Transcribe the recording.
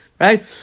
Right